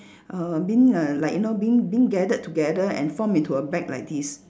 err being err like you know being being gathered together and form into a bag like this